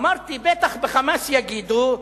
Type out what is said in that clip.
אמרתי: בטח ב"חמאס" יגידו: